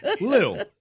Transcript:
Little